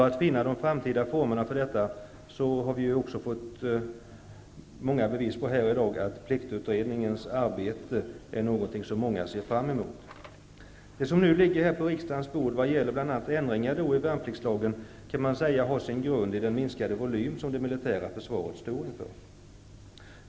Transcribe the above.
Vi har här i dag fått många bevis på att många ser fram emot resultatet av pliktutredningens arbete när det gäller att finna de framtida formerna för detta. Det förslag om ändringar i värnpliktslagen som nu ligger på riksdagens bord har, kan man säga, sin grund i den minskade volym som det militära försvaret står inför.